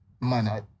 man